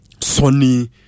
Sony